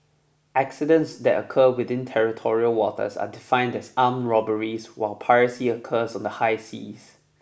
accidents that occur within territorial waters are defined as armed robberies while piracy occurs on the high seas